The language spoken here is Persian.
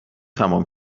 تمام